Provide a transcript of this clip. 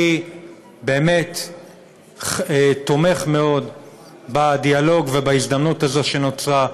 אני באמת תומך מאוד בדיאלוג ובהזדמנות הזאת שנוצרה.